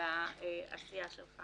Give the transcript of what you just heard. על העשייה שלך